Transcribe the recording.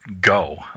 go